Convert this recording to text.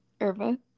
Irva